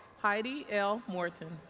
heidi l. morton